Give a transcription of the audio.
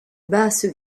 basse